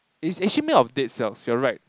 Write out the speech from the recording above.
it's actually made up of dead cells you're right